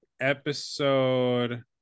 episode